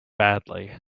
badly